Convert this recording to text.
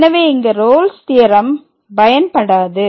எனவே இங்கு Rolle's theorem பயன்படாது